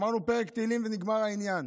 אמרנו פרק תהילים ונגמר העניין.